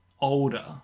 older